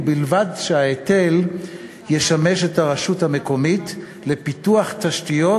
ובלבד שההיטל ישמש את הרשות המקומית לפיתוח תשתיות